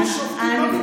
אדרבה ואדרבה,